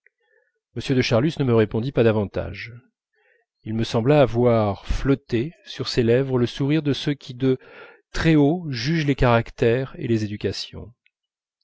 m de charlus ne me répondit pas davantage il me sembla voir flotter sur ses lèvres le sourire de ceux qui de très haut jugent les caractères et les éducations